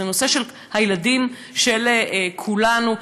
זה נושא של הילדים של כולנו,